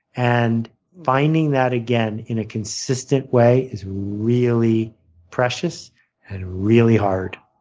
and finding that again in a consistent way is really precious and really hard.